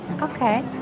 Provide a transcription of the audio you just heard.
Okay